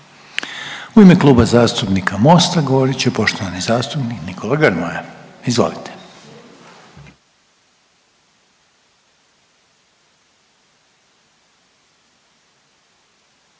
u ime Kluba zastupnika Mosta govoriti uvaženi zastupnik Nikola Grmoja, izvolite.